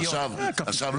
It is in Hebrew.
עכשיו,